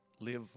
live